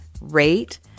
rate